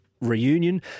reunion